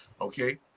Okay